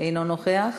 אינו נוכח.